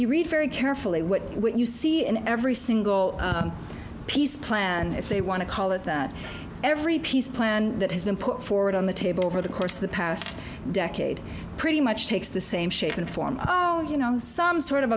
you read very carefully what you see in every single peace plan if they want to call it that every peace plan that has been put forward on the table over the course of the past decade pretty much takes the same shape and form oh you know some sort of